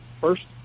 first